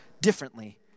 differently